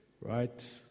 right